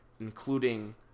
including